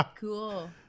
cool